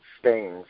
stains